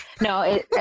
No